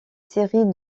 série